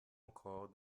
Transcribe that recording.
encore